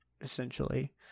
essentially